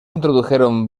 introdujeron